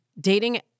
Dating